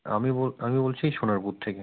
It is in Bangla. আমি বো আমি বলছি এই সোনারপুর থেকে